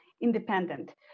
independent